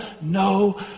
no